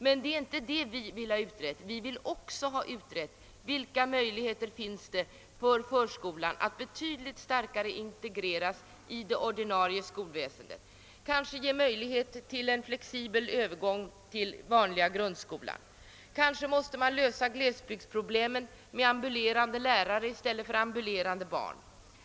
Men det är inte detta vi vill ha utrett. Vi vill ha utrett vilka möjligheter som finns för förskolan att integreras i det ordinarie skolväsendet och kanske ge möjlighet till en flexibel övergång till den vanliga grundskolan. Måhända måste man lösa glesbygdsproblemen med ambulerande lärare i stället för ambulerande barn.